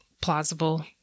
plausible